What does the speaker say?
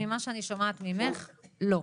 כי ממה שאני שומעת ממך לא.